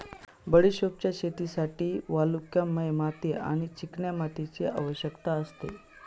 बडिशोपच्या शेतीसाठी वालुकामय माती आणि चिकन्या मातीची आवश्यकता असते